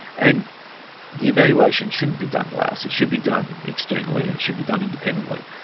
and the evaluation shouldn't be done by us, it should be done externally, and it should be done independently,